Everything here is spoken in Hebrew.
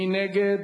מי נגד?